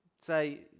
say